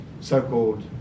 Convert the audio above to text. so-called